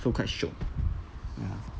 so quite shiok ya